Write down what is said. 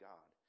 God